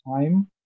time